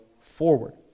forward